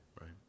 right